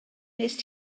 wnest